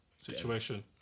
Situation